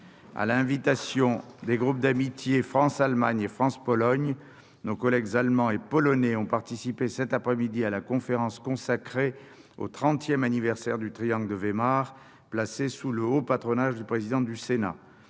l'invitation des groupes d'amitié France-Allemagne et France-Pologne, nos collègues allemands et polonais ont participé, cet après-midi, à la conférence consacrée au trentième anniversaire du « triangle de Weimar », placée sous le haut patronage du président du Sénat.